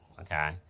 okay